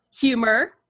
humor